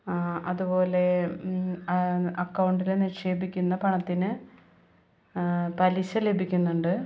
അതുപോലെ അക്കൗണ്ടിൽ നിക്ഷേപിക്കുന്ന പണത്തിന് പലിശ ലഭിക്കുന്നുണ്ട്